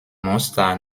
monster